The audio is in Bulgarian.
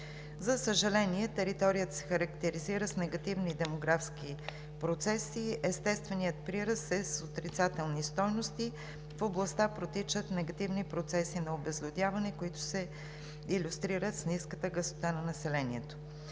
За съжаление, територията се характеризира с негативни демографски процеси. Естественият прираст е с отрицателни стойности – в областта протичат негативни процеси на обезлюдяване, които се илюстрират с ниската гъстота на населението.